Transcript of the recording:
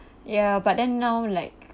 ya but then now like